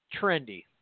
trendy